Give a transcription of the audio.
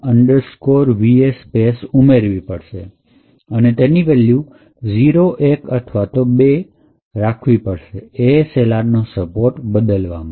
random va space ઉમેરવી પડશે અને તેની વેલ્યુ ઝીરો એક અથવા બે રાખવી પડશે ASLR સપોર્ટ બદલવા માટે